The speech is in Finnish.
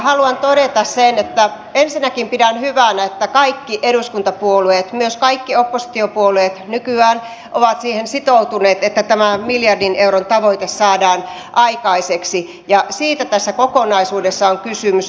haluan todeta sen että ensinnäkin pidän hyvänä että kaikki eduskuntapuolueet myös kaikki oppositiopuolueet nykyään ovat siihen sitoutuneet että tämä miljardin euron tavoite saadaan aikaiseksi ja siitä tässä kokonaisuudessa on kysymys